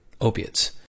opiates